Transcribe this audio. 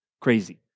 crazy